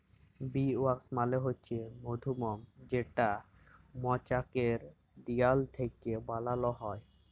bee wax মালে হছে মধুমম যেটা মচাকের দিয়াল থ্যাইকে বালাল হ্যয়